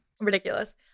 Ridiculous